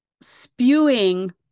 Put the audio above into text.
spewing